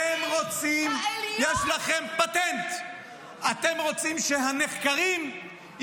את מפחדת מוועדת חקירה ממלכתית